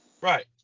Right